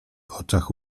oczach